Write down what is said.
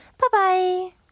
Bye-bye